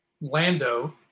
Lando